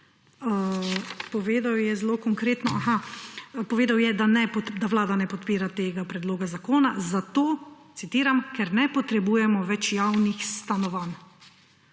povedal je zelo konkretno … Aha, povedal je, da Vlada ne podpira tega predloga zakona zato, citiram, »ker ne potrebujemo več javnih stanovanj«.